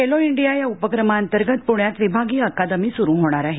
Khelo India या उपक्रमांतर्गत पूण्यात विभागीय अकादमी सुरु होणार आहे